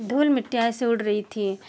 धूल मिट्टियाँ ऐसे उड़ रही थीं